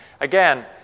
Again